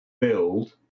build